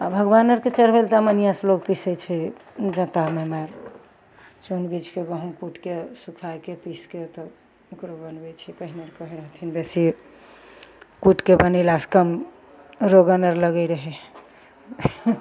आओर भगवानो आरके चढ़बय लए तऽ लोग अमनियोसँ पिसबय छै जाता मे चुनि बीछके गहुम कुटि सुखाके पिसके तब ओकरो बनबय छै पहिने कहय रहथिन बेसिये कुटिके बनेलासँ कम रोगन आर लगय रहय